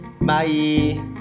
Bye